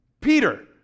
Peter